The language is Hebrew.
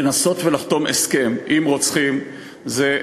לנסות ולחתום הסכם עם רוצחים זה,